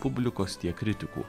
publikos tiek kritikų